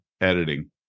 editing